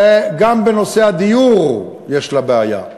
גם בנושא הדיור יש לה בעיה.